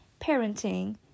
parenting